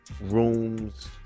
rooms